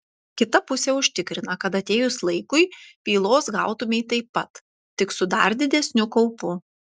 kita pusė užtikrina kad atėjus laikui pylos gautumei taip pat tik su dar didesniu kaupu